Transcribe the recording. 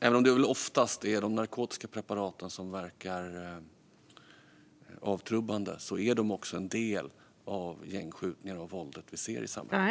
Även om det oftast är de narkotiska preparaten som verkar avtrubbande är också dessa preparat en del av gängskjutningarna och det våld som vi ser i samhället.